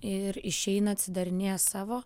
ir išeina atsidarinėja savo